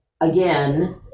again